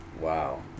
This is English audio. wow